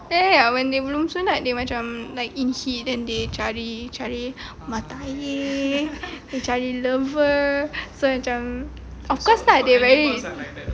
ya ya ya when they belum sunat they macam like itchy then they cari cari mata air they cari lover so macam of course lah they very